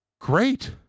great